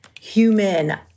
human